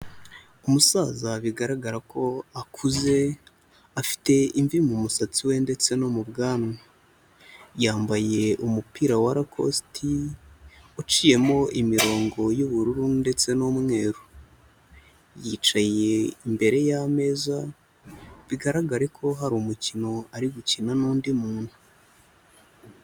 Umusaza bigaragara ko akuze, afite imvi mu musatsi we ndetse no mu bwanwa, yambaye umupira wa rakositi uciyemo imirongo y'ubururu ndetse n'umweru, yicaye imbere y'ameza, bigaragare ko hari umukino ari gukina n'undi muntu.